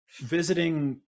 visiting